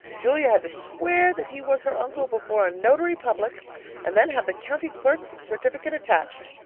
julia had to swear that he was her uncle before a notary public and then have the county clerk's certificate attached.